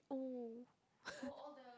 oh